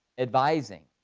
advising,